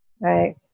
right